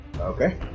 Okay